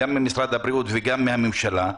גם ממשרד הבריאות וגם מהממשלה,